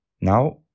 Now